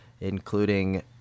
including